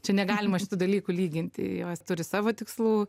čia negalima šitų dalykų lyginti jos turi savo tikslų